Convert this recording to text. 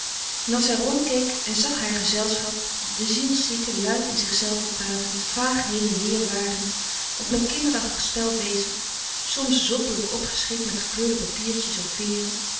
en als zij rondkeek en zag haar gezelschap de zielszieken luid in zichzelve pratend vaag heen en weer warend of met kinderachtig spel bezig soms zottelijk opgeschikt met gekleurde papiertjes of veeren